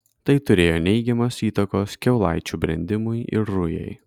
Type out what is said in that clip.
tai turėjo neigiamos įtakos kiaulaičių brendimui ir rujai